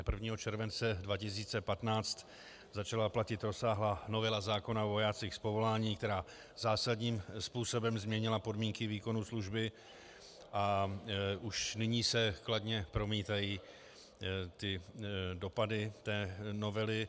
Dne 1. července 2015 začala platit rozsáhlá novela zákona o vojácích z povolání, která zásadním způsobem změnila podmínky výkonu služby, a už nyní se kladně promítají dopady novely.